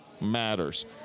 matters